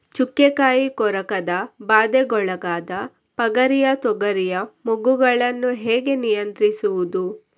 ಚುಕ್ಕೆ ಕಾಯಿ ಕೊರಕದ ಬಾಧೆಗೊಳಗಾದ ಪಗರಿಯ ತೊಗರಿಯ ಮೊಗ್ಗುಗಳನ್ನು ಹೇಗೆ ನಿಯಂತ್ರಿಸುವುದು?